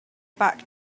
back